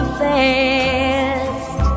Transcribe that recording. fast